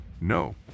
No